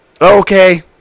Okay